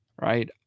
right